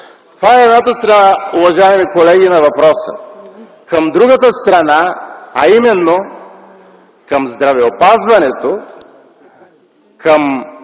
Това е едната страна, уважаеми колеги, на въпроса. Към другата страна, а именно към здравеопазването, към